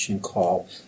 call